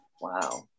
Wow